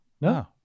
No